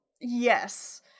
Yes